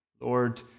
Lord